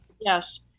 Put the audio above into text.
Yes